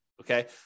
okay